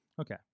Okay